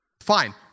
Fine